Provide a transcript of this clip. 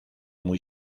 muy